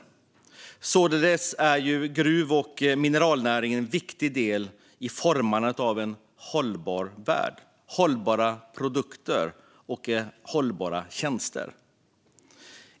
Således är gruv och mineralnäringen en viktig del i formandet av en hållbar värld med hållbara produkter och hållbara tjänster.